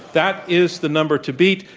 that is the number to beat.